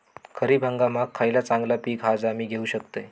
खरीप हंगामाक खयला चांगला पीक हा जा मी घेऊ शकतय?